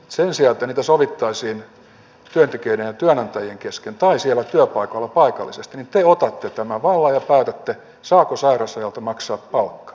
sen sijaan että niistä sovittaisiin työntekijöiden ja työnantajien kesken tai siellä työpaikoilla paikallisesti te otatte tämän vallan ja päätätte saako sairausajalta maksaa palkkaa